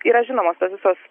yra žinomos tos visos